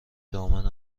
دامن